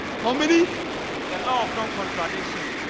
how many the law of non-contradiction?